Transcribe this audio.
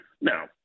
Now